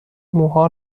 موها